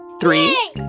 Three